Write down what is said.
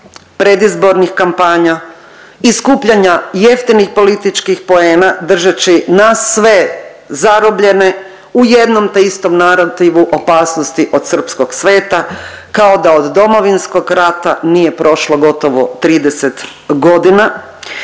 predizbornih kampanja i skupljanja jeftinih političkih poena držeći nas sve zarobljene u jednom teistom narativu opasnosti od srpskog sveta kao da od Domovinskog rata nije prošlo gotovo 30.g..